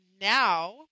now